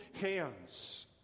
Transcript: hands